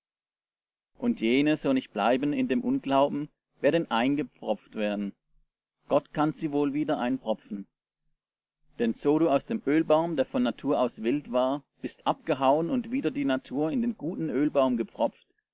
und jene so nicht bleiben in dem unglauben werden eingepfropft werden gott kann sie wohl wieder einpfropfen denn so du aus dem ölbaum der von natur aus wild war bist abgehauen und wider die natur in den guten ölbaum gepropft